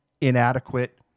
inadequate